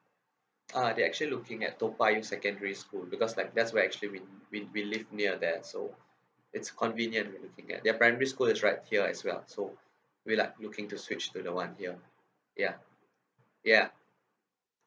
ah they're actually looking at toa payoh secondary school because like that's where actually we we live near there so it's convenient with everything there their primary school is right here as well so we're like looking to switch to the one here ya ya